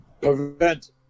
prevent